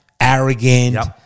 arrogant